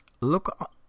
look